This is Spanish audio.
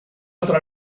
otra